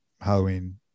Halloween